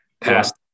past